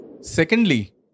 Secondly